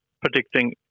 predicting